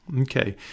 Okay